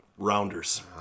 rounders